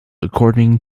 according